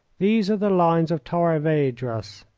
these are the lines of torres vedras.